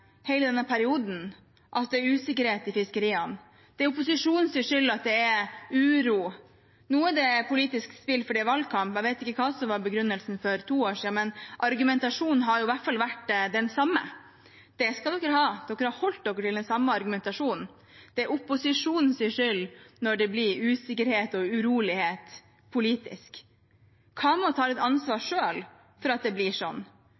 denne perioden at det er usikkerhet i fiskeriene. Det er opposisjonens skyld at det er uro. Nå er dette politisk spill fordi det er valgkamp. Jeg vet ikke hva som var begrunnelsen for to år siden, men argumentasjonen har i hvert fall vært den samme. Det skal de ha, de har holdt seg til den samme argumentasjonen: Det er opposisjonens skyld når det blir usikkerhet og uroligheter politisk. Kan man ta litt ansvar selv for at det blir sånn?